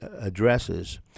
addresses